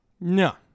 No